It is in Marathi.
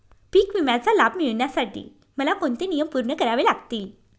पीक विम्याचा लाभ मिळण्यासाठी मला कोणते नियम पूर्ण करावे लागतील?